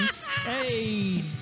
Hey